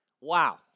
Wow